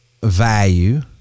value